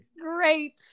Great